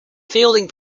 fielding